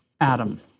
Adam